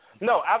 No